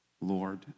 Lord